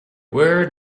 where